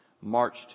marched